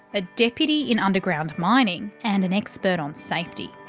a deputy in underground mining and an expert on safety.